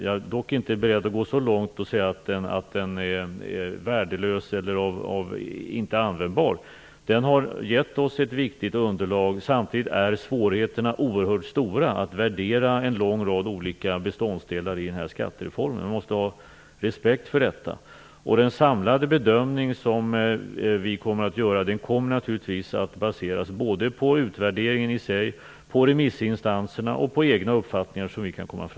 Jag är dock inte beredd att gå så långt som att säga att den är värdelös eller icke-användbar. Den har gett oss ett viktigt underlag. Samtidigt är svårigheterna oerhört stora att värdera en lång rad olika beståndsdelar i skattereformen. Man måste ha respekt för detta. Den samlade bedömning som vi kommer att göra kommer att baseras både på utvärderingen i sig, på remissinstanserna och på våra egna uppfattningar.